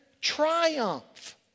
triumph